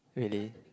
really